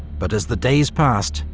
but as the days passed,